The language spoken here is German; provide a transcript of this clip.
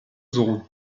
sohn